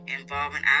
involving